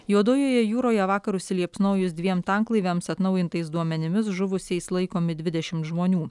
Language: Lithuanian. juodojoje jūroje vakar užsiliepsnojus dviem tanklaiviams atnaujintais duomenimis žuvusiais laikomi dvidešimt žmonių